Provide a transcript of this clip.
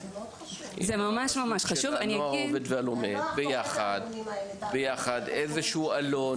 הרשות של ׳הנוער העובד והלומד׳, איזה שהוא עלון.